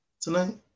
tonight